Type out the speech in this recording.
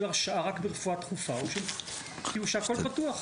הרשאה רק ברפואה דחופה או שהכול פתוח.